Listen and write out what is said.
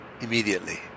immediately